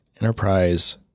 Enterprise